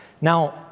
Now